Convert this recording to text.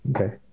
Okay